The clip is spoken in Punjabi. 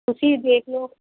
ਤੁਸੀਂ ਦੇਖ ਲਉ